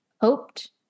hoped